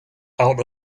out